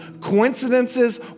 coincidences